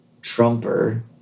Trumper